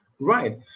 right